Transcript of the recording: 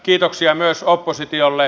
kiitoksia myös oppositiolle